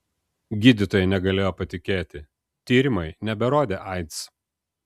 gydytojai negalėjo patikėti tyrimai neberodė aids